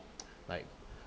like